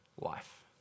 life